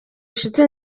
inshuti